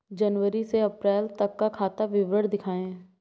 जनवरी से अप्रैल तक का खाता विवरण दिखाए?